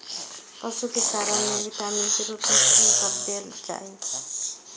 पशु के चारा में विटामिन के रूप में कि सब देल जा?